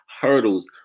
hurdles